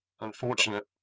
unfortunate